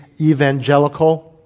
evangelical